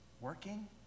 working